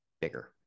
bigger